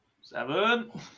Seven